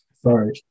Sorry